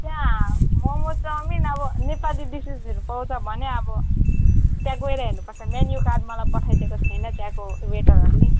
त्यहाँ मोमो चाउमिन अब नेपाली डिसेसहरू पाउँछ भने अब त्यहाँ गएर हेर्नुपर्छ मेन्यु कार्ड मलाई पठाइदिएको छैन त्यहाँको वेटरहरूले